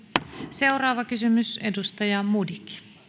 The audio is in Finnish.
seuraava kysymys edustaja modig